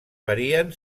varien